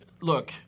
look